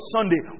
Sunday